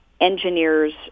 engineers